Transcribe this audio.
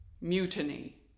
Mutiny